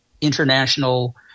international